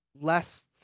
less